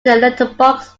letterbox